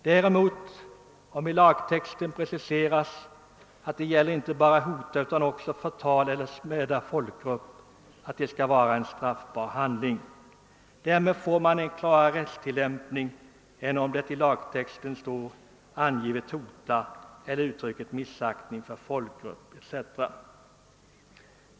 Om det i lagtexten däremot preciseras att inte bara hotelse utan också förtal eller smäåädelse av: folkgrupp är straffbar handling, får mån en klarare rättstilllämpning än om det står »hotar», »uttrycker missaktning för folkgrupp» etc.